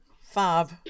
fab